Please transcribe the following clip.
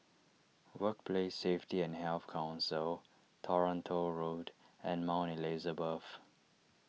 Workplace Safety and Health Council Toronto Road and Mount Elizabeth